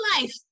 life